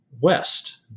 west